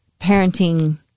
parenting –